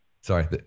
Sorry